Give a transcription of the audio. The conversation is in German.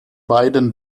beiden